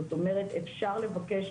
זאת אומרת אפשר לבקש,